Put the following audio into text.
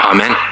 Amen